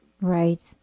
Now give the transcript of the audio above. Right